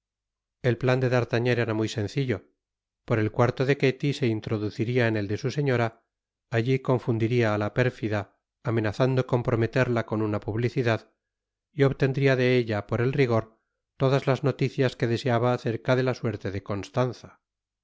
et plan de d'artagnan era muy sencillo por el cuarto de ketty se introduciría en el de su señora alli confundiria á la pérfida amenazando comprometerla con una publicidad y obtendría de ella por el rigor todas las noticias que deseaba acerca de la suerte de constanza